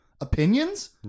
opinions